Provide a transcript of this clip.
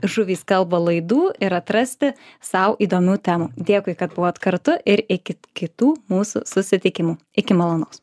žuvys kalba laidų ir atrasti sau įdomių temų dėkui kad buvot kartu ir iki kitų mūsų susitikimų iki malonaus